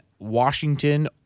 Washington